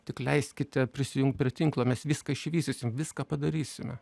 tik leiskite prisijungti prie tinklo mes viską išvytysime viską padarysime